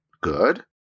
good